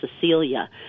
Cecilia